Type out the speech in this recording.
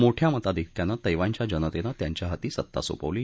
मोठ्या मताधिक्यानं तैवानच्या जनतेनं त्यांच्या हाती सत्ता सोपवली